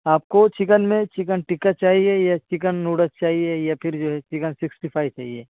آپ کو چکن میں چکن ٹکہ چاہیے یا چکن نوڈلس چاہیے یا پھر جو ہے چکن ففٹی فائی چاہیے